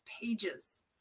pages